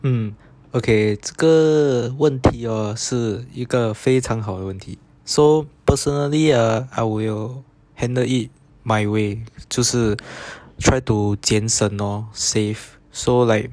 hmm okay 这个问题 hor 是一个非常好的问题 so personally uh I will handle it my way 就是 try to 俭省 lor safe so like